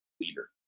leader